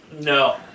No